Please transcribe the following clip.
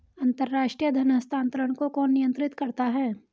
अंतर्राष्ट्रीय धन हस्तांतरण को कौन नियंत्रित करता है?